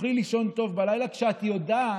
ותוכלי לישון טוב בלילה כשאת יודעת,